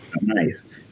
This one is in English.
Nice